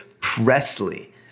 Presley